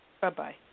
Bye-bye